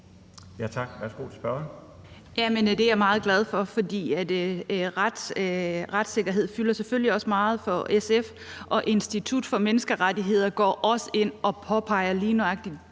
Tak. Værsgo til spørgeren.